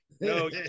No